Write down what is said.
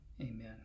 amen